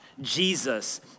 Jesus